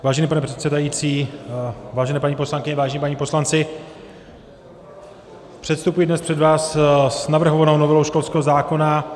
Vážený pane předsedající, vážené paní poslankyně, vážení páni poslanci, předstupuji dnes před vás s navrhovanou novelou školského zákona.